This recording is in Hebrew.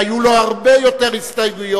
שהיו לו הרבה יותר הסתייגויות,